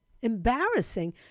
Embarrassing